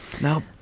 Now